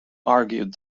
argued